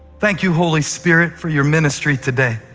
thank you, holy spirit, for your ministry today.